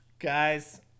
Guys